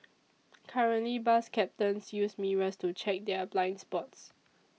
currently bus captains use mirrors to check their blind spots